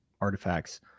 artifacts